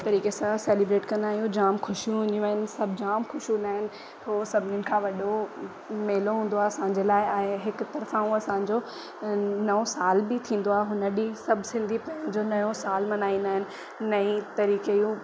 तरीक़े सां सेलिब्रेट कंदा आहियूं जाम खुशियूं ईंदियूं आहिनि सभु जाम खुश हूंदा आहिनि हो सभनीनि खां वॾो मेलो हूंदो आहे असांजे लाइ ऐं हिक तरफ़ा हू असांजो नओ साल बि थींदो आहे हुन ॾींहं सभु सिंधी पंहिंजो नयो साल मल्हाईंदा आहिनि नई तरीक़े जूं